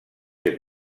ser